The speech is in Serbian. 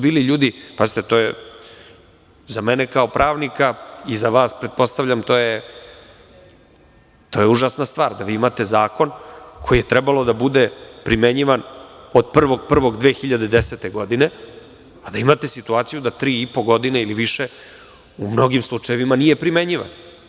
Bili su ljudi, pazite, to je za mene kao pravnika i za vas, to je užasna stvar, da vi imate zakon koji je trebalo da bude primenjivan od 1.1.2010. godine, a da imate situaciju da 3,5 godina ili više u mnogim slučajevima nije primenjivan.